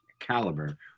caliber